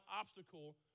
obstacle